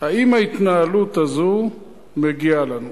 האם ההתנהלות הזאת מגיעה לנו?